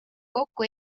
kokku